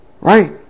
right